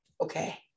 okay